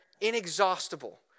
inexhaustible